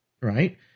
Right